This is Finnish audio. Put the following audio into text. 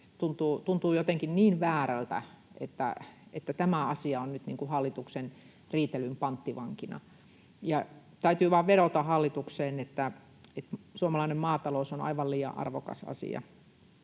tuntuu jotenkin niin väärältä, että tämä asia on nyt hallituksen riitelyn panttivankina. Täytyy vain vedota hallitukseen, että suomalainen maatalous on aivan liian arvokas asia,